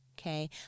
okay